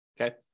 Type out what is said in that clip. Okay